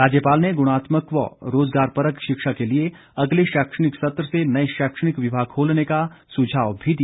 राज्यपाल ने गुणात्मक व रोजगारपरक शिक्षा के लिए अगले शैक्षणिक सत्र से नए शैक्षणिक विभाग खोलने का सुझाव भी दिया